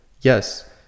Yes